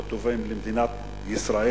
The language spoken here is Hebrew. לא טובות למדינת ישראל.